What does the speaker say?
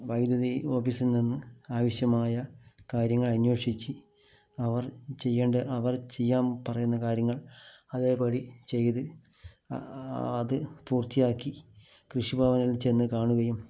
വൈദ്യുതി ഓഫീസിൽ നിന്ന് ആവശ്യമായ കാര്യങ്ങൾ അന്വേഷിച്ച് അവർ ചെയ്യേണ്ട അവർ ചെയ്യാൻ പറയുന്ന കാര്യങ്ങൾ അതേപടി ചെയ്ത് അത് പൂർത്തിയാക്കി കൃഷിഭവനിൽ ചെന്ന് കാണുകയും